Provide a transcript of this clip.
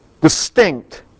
distinct